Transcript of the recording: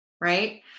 Right